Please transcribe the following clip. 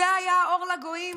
זה היה האור לגויים?